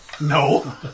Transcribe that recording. No